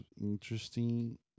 interesting